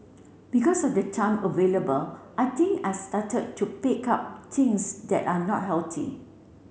because of the time available I think I started to pick up things that are not healthy